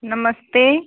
नमस्ते